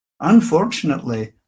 Unfortunately